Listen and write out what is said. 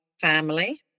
family